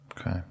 Okay